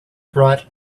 bright